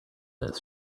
this